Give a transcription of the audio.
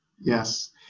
yes